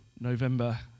November